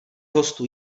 hostů